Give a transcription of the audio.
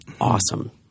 awesome